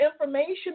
information